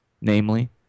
namely